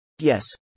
yes